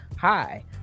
Hi